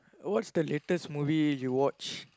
what's the latest movie you watched